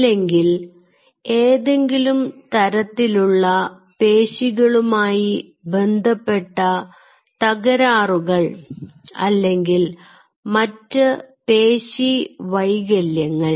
അല്ലെങ്കിൽ ഏതെങ്കിലും തരത്തിലുള്ള പേശികളുമായി ബന്ധപ്പെട്ട തകരാറുകൾ അല്ലെങ്കിൽ മറ്റ് പേശി വൈകല്യങ്ങൾ